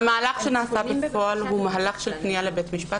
המהלך שנעשה בפועל הוא מהלך של פנייה לבית משפט